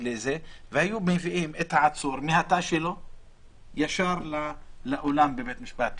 והיו מביאים את העצור מהתא שלו ישר לאולם בבית משפט,